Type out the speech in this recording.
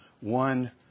one